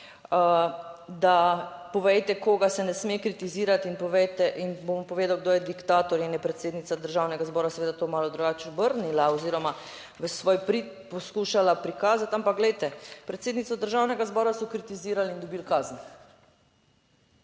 da povejte koga se ne sme kritizirati in povejte in bom povedal kdo je diktator in je predsednica Državnega zbora seveda to malo drugače obrnila oziroma v svoj prid poskušala prikazati. Ampak glejte, predsednica Državnega zbora so kritizirali in dobili kazen.